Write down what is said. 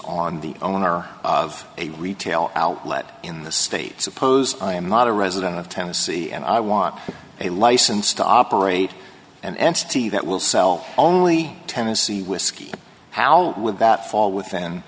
on the owner of a retail outlet in the state suppose i am not a resident of tennessee and i want a license to operate an entity that will sell only tennessee whiskey how would that fall within